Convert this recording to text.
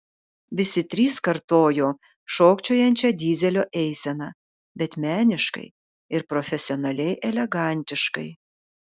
visi trys kartojo šokčiojančią dyzelio eiseną bet meniškai ir profesionaliai elegantiškai